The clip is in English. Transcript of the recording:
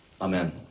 Amen